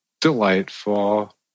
Delightful